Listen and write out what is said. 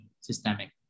systemic